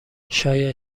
شاید